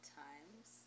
times